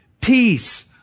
peace